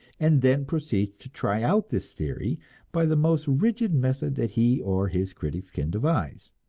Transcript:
and then proceeds to try out this theory by the most rigid method that he or his critics can devise.